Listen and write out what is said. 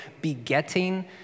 begetting